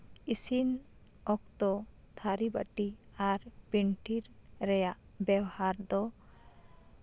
ᱤᱥᱤᱱ ᱚᱠᱛᱚ ᱛᱷᱟᱹᱨᱤᱼᱵᱟᱴᱤ ᱟᱨ ᱵᱷᱤᱱᱴᱤᱱ ᱨᱮᱭᱟᱜ ᱵᱮᱣᱦᱟᱨ ᱫᱚ